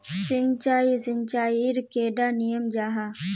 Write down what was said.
सिंचाई सिंचाईर कैडा नियम जाहा?